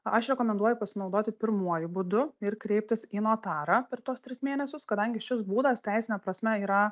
aš rekomenduoju pasinaudoti pirmuoju būdu ir kreiptis į notarą per tuos tris mėnesius kadangi šis būdas teisine prasme yra